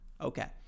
Okay